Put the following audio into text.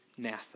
NASA